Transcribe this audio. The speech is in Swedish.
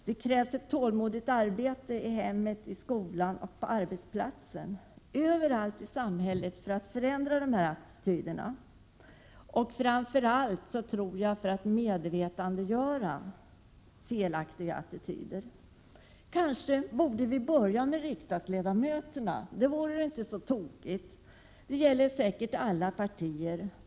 Det krävs ett tålmodigt arbete i hemmet, i skolan och på arbetsplatsen — överallt i samhället — för att förändra dessa attityder. Jag tror att det framför allt gäller att medvetandegöra felaktiga attityder. Vi borde kanske börja med riksdagsledamöterna — det vore väl inte så tokigt. Det gäller säkert inom alla partier.